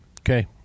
Okay